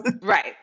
Right